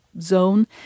zone